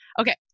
Okay